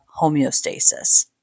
homeostasis